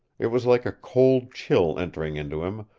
it was like a cold chill entering into him,